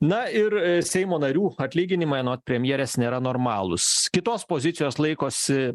na ir seimo narių atlyginimai anot premjerės nėra normalūs kitos pozicijos laikosi